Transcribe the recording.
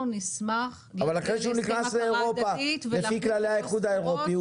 לפי כללי האיחוד האירופי,